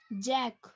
Jack